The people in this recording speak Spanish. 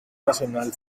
nacional